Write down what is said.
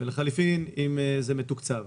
ולחליפין, האם זה מתוקצב?